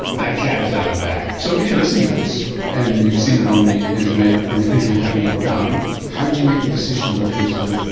that cat is out of the bag. so if you're listening to this and you've seen it on the internet and you're thinking of having it done how do you make the decision about who to do it?